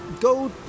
go